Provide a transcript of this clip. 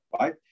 right